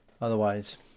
Otherwise